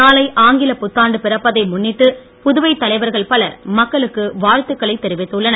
நாளை ஆங்கில புத்தாண்டு பிறப்பதை முன்னிட்டு புதுவை தலைவர்கள் பலர் மக்களுக்கு வாழ்த்துக்களை தெரிவித்துள்ளனர்